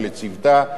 ולצוותה,